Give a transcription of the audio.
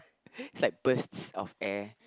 it's like bursts of air